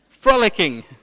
Frolicking